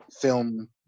film